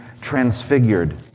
transfigured